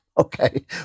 Okay